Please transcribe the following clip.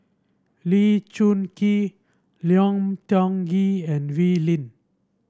Lee Choon Kee Lim Tiong Ghee and Wee Lin